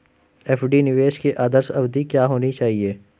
FD निवेश की आदर्श अवधि क्या होनी चाहिए?